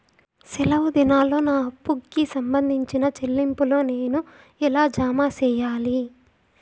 సెలవు దినాల్లో నా అప్పుకి సంబంధించిన చెల్లింపులు నేను ఎలా జామ సెయ్యాలి?